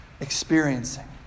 experiencing